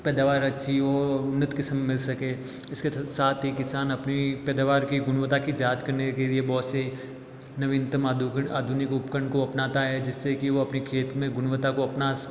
पैदावार अच्छी हो और उन्नति किस्म मिल सके इसके साथ ही किसान अपनी पैदावार की गुणवत्ता की जाँच करने के लिए बहुत सी नवीनतम आधुनिक उपकरण को अपनाता है जिससे कि वो अपने खेत में गुणवत्ता को अपना